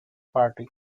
party